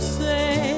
say